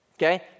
Okay